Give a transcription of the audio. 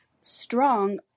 strong